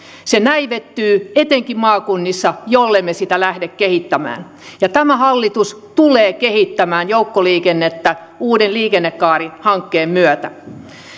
se näivettyy etenkin maakunnissa jollemme sitä lähde kehittämään ja tämä hallitus tulee kehittämään joukkoliikennettä uuden liikennekaarihankkeen myötä